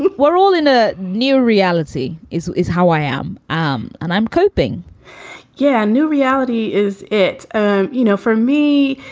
we're all in a new reality is is how i am. um and i'm coping yeah. new reality is it? um you know, for me,